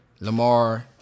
Lamar